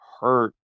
hurt